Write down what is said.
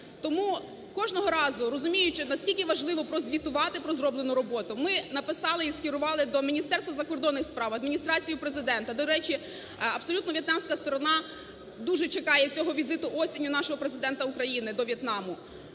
Тому кожного разу, розуміючи, наскільки важливо прозвітувати про зроблену роботу, ми написали і скерували до Міністерства закордонних справ, Адміністрації Президента. До речі, абсолютно в'єтнамська сторона дуже чекає цього візиту восени нашого Президента України, до В'єтнаму.